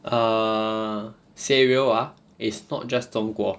err say real ah it's not just 中国